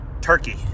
turkey